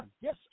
Yes